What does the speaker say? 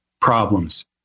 problems